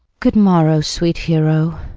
good morrow, sweet hero.